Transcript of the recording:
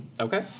Okay